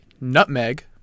nutmeg